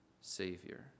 Savior